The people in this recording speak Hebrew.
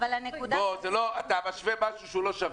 אתה משווה משהו שהוא לא שווה.